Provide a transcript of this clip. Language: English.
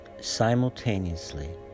simultaneously